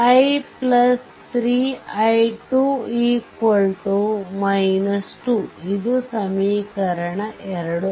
4 i13i2 2